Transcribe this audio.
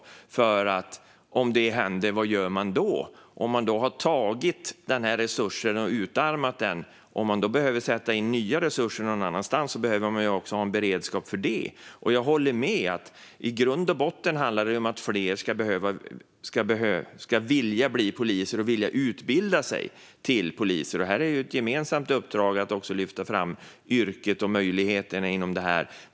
Vad gör man om detta händer, om man har tagit den resursen och utarmat den? Om man behöver sätta in nya resurser någon annanstans behöver man ha en beredskap för det. Jag håller med om att det i grund och botten handlar om att fler ska vilja bli poliser och vilja utbilda sig till poliser. Här är det ett gemensamt uppdrag att lyfta fram yrket och möjligheterna inom det.